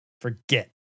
forget